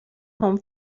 home